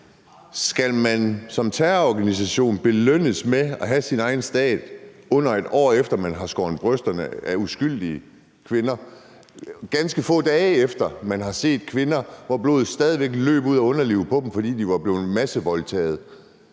Skal man som terrororganisation belønnes med at have sin egen stat, under 1 år efter man har skåret brysterne af uskyldige kvinder, og ganske få dage efter man har set kvinder, hvor blodet stadig væk løb ud af underlivet på dem, fordi de var blevet massevoldtaget?